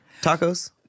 tacos